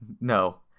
no